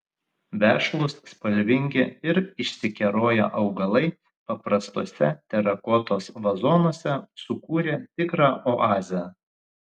vešlūs spalvingi ir išsikeroję augalai paprastuose terakotos vazonuose sukūrė tikrą oazę